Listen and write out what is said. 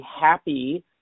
happy